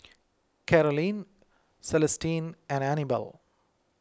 Carolyne Celestine and Anibal